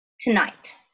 tonight